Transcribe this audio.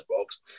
box